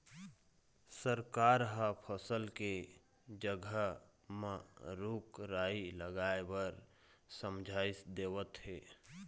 सरकार ह फसल के जघा म रूख राई लगाए बर समझाइस देवत हे